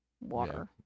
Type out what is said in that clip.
water